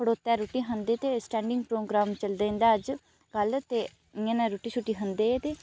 खड़ोते रुट्टी खानी ते सटैंडिंग प्रोग्राम चलदे न ते अज्ज कल ते इ'यां न रुट्टी छुट्टी खंदे ते